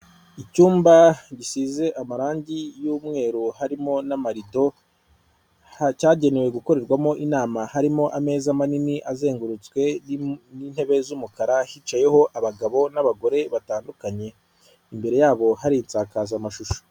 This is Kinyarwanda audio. Icyumba gisize amarangi y'umweru harimo n'amarido cyagenewe gukorerwamo inama harimo ameza manini azengurutswe n'intebe z'umukara hicayeho abagabo n'abagore batandukanye imbere yabo hari isakazamashusho.